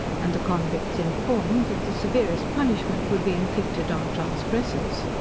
and the convicts informed, that the severest punishment would be inflicted on transgressors.